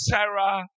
Sarah